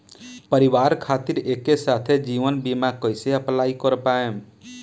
परिवार खातिर एके साथे जीवन बीमा कैसे अप्लाई कर पाएम?